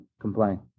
complain